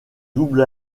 double